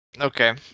Okay